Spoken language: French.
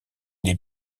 les